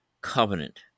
covenant